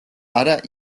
არა